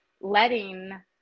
letting